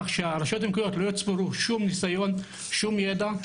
כך שהרשויות המקומיות לא יצברו ניסיון או ידע.